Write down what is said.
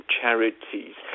charities